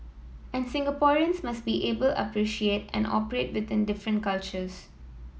and Singaporeans must be able appreciate and operate within different cultures